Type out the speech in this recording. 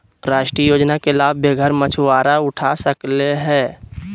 राष्ट्रीय योजना के लाभ बेघर मछुवारा उठा सकले हें